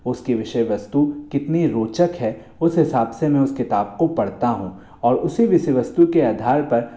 उसके विषय वस्तु कितनी रोचक है उसे हिंसाब से मैं उस किताब को पढ़ाता हूँ और उसी विषय वस्तु के आधार पर